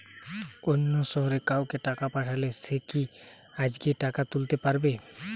অন্য শহরের কাউকে টাকা পাঠালে সে কি আজকেই টাকা তুলতে পারবে?